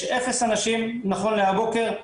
יש אפס אנשים נכון להבוקר,